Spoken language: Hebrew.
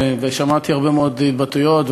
ושמעתי הרבה מאוד התבטאויות,